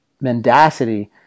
mendacity